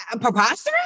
preposterous